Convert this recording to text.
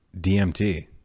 DMT